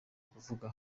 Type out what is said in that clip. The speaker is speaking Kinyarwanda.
kuvuga